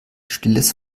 stilles